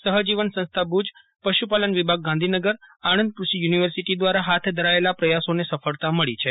સફજીવન સંસ્થા ભુજ પશુપાલન વિભાગ ગાંધીનગર આણંદ કૃષિ યુનિવર્સિટી દ્વારા ફાથ ધરાયેલા પ્રયાસોને સફળતા મળી છે